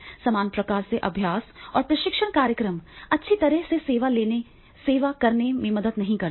समान प्रकार के अभ्यास और प्रशिक्षण कार्यक्रम अच्छी तरह से सेवा करने में मदद नहीं करते हैं